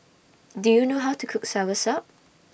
Do YOU know How to Cook Soursop